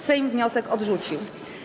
Sejm wniosek odrzucił.